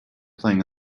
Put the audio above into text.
playing